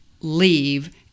leave